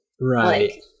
Right